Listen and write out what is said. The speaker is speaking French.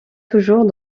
toujours